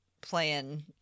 playing